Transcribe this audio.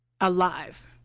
alive